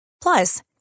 Plus